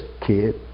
kid